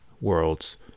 worlds